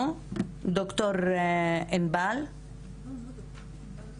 ד"ר ענבל אביב מויצ"ו.